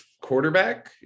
quarterback